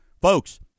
Folks